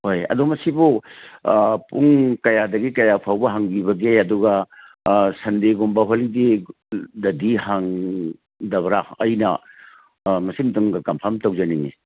ꯍꯣꯏ ꯑꯗꯨ ꯃꯁꯤꯕꯨ ꯄꯨꯡ ꯀꯌꯥꯗꯒꯤ ꯀꯌꯥ ꯐꯥꯎꯕ ꯍꯥꯡꯕꯤꯕꯒꯦ ꯑꯗꯨꯒ ꯁꯟꯗꯦꯒꯨꯝꯕ ꯍꯣꯂꯤꯗꯦꯗꯗꯤ ꯍꯥꯡꯗꯕ꯭ꯔꯥ ꯑꯩꯅ ꯃꯁꯤꯝꯇꯪꯒ ꯀꯟꯐꯥꯝ ꯇꯧꯖꯅꯤꯡꯉꯤ